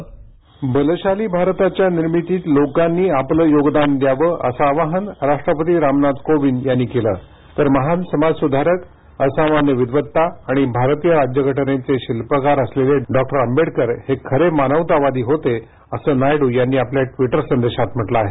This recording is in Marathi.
ध्वनी बलशाली भारताच्या निर्मितीत लोकांनी आपलं योगदान द्यावं असं आवाहन राष्ट्रपती रामनाथ कोविंद यांनी केलं आहे तर महान समाजसुधारक असामान्य विद्वत्ता आणि भारतीय राज्यघटनेचे शिल्पकार असलेले डॉक्टर आंबेडकर खरे मानवतावादी होते असं नायडू यांनी ट्विटर संदेशात म्हटलं आहे